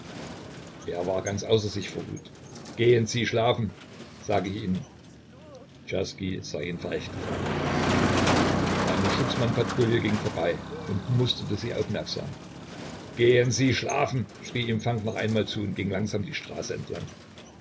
er war ganz außer sich vor wut gehen sie schlafen sag ich ihnen czerski sah ihn verächtlich an eine schutzmannpatrouille ging vorbei und musterte sie aufmerksam gehen sie schlafen schrie ihm falk noch einmal zu und ging langsam die straße entlang